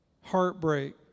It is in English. heartbreak